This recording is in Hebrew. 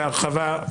בהרחבה.